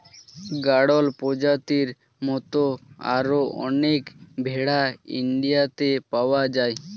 গাড়ল প্রজাতির মত আরো অনেক ভেড়া ইন্ডিয়াতে পাওয়া যায়